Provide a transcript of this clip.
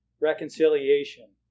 reconciliation